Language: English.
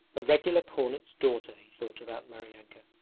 a regular cornet's daughter he thought about maryanka.